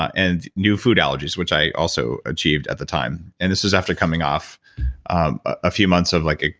and new food allergies, which i also achieved at the time. and this was after coming off a few months of like, ah